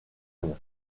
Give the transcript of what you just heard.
anne